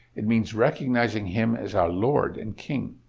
it means recognizing him as our lord and king.